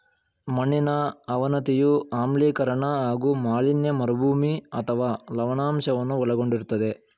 ಮಣ್ಣಿನ ಅವನತಿಯು ಆಮ್ಲೀಕರಣ ಹಾಗೂ ಮಾಲಿನ್ಯ ಮರುಭೂಮಿ ಅಥವಾ ಲವಣಾಂಶವನ್ನು ಒಳಗೊಂಡಿರ್ತದೆ